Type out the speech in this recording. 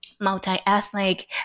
multi-ethnic